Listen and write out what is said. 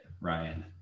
Ryan